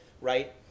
Right